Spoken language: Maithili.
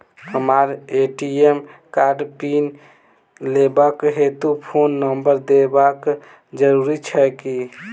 हमरा ए.टी.एम कार्डक पिन लेबाक हेतु फोन नम्बर देबाक जरूरी छै की?